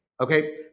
Okay